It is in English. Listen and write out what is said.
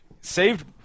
saved